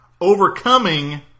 overcoming